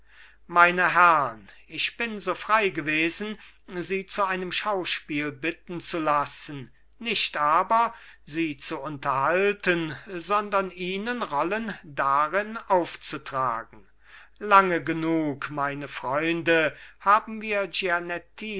meine herrn ich bin so frei gewesen sie zu einem schauspiel bitten zu lassen nicht aber sie zu unterhalten sondern ihnen rollen darin aufzutragen lange genug meine freunde haben wir